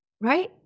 Right